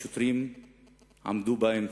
השוטרים עמדו באמצע,